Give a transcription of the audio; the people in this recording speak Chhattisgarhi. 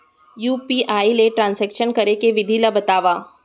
यू.पी.आई ले ट्रांजेक्शन करे के विधि ला बतावव?